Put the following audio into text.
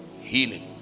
healing